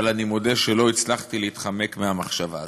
אבל אני מודה שלא הצלחתי להתחמק מהמחשבה הזאת.